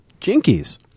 Jinkies